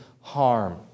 harm